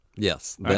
Yes